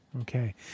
Okay